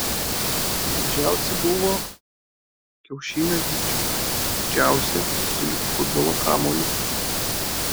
mažiausi buvo kiaušinio dydžio didžiausi sulig futbolo kamuoliu